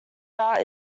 route